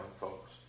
folks